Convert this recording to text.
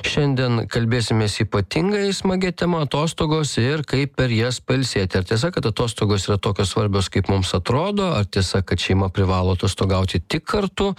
šiandien kalbėsimės ypatingai smagia tema atostogos ir kaip per jas pailsėti ar tiesa kad atostogos yra tokios svarbios kaip mums atrodo ar tiesa kad šeima privalo atostogauti tik kartu